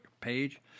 page